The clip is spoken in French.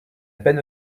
peine